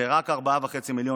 זה רק 4.5 מיליון,